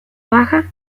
baja